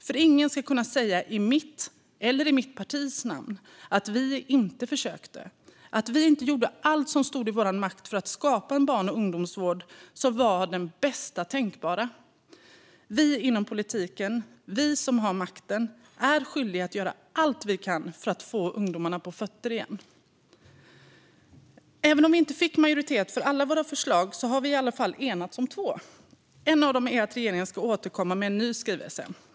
För ingen ska kunna säga i mitt eller i mitt partis namn att vi inte försökte och att vi inte gjorde allt som stod i vår makt för att skapa en barn och ungdomsvård som var den bästa tänkbara. Vi inom politiken, vi som har makten, är skyldiga att göra allt vi kan för att få ungdomarna på fötter igen. Även om vi inte fick majoritet för alla våra förslag har vi i alla fall enats om två. Ett av dem är att regeringen ska återkomma med en ny skrivelse.